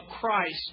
Christ